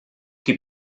qui